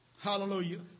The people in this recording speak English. Hallelujah